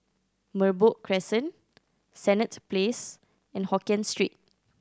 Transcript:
Merbok Crescent Senett Place and Hokkien Street